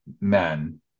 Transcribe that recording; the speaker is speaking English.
men